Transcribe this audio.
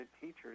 teachers